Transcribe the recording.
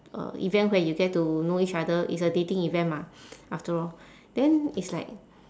a event where you get to know each other it's a dating event mah after all then it's like